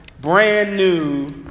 brand-new